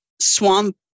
swamp